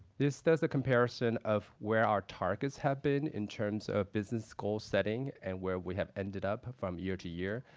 this does a comparison of where our targets have been in terms of business goal setting and where we have ended up from year to year.